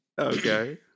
okay